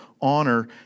honor